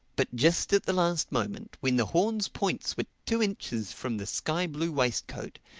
but just at the last moment, when the horns' points were two inches from the sky-blue waistcoat,